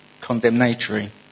condemnatory